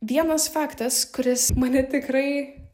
vienas faktas kuris mane tikrai